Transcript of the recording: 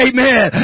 Amen